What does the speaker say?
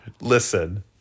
Listen